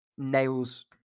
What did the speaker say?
Nails